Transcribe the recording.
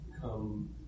come